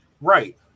Right